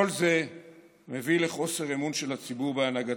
כל זה מביא לחוסר אמון של הציבור בהנהגתו,